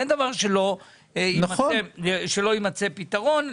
אין מצב שלא יימצא פתרון.